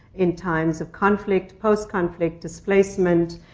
in times of conflict, post-conflict, displacement,